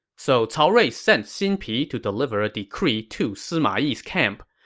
so cao rui sent xin pi to deliver a decree to sima yi's camp.